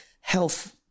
health